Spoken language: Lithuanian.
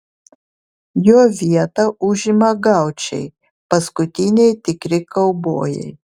jo vietą užima gaučai paskutiniai tikri kaubojai